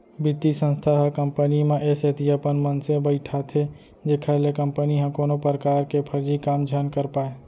बित्तीय संस्था ह कंपनी म ए सेती अपन मनसे बइठाथे जेखर ले कंपनी ह कोनो परकार के फरजी काम झन कर पाय